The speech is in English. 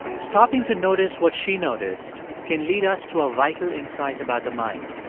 stopping to notice what she noticed can lead us to a vital insight about the mind.